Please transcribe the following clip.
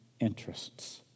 interests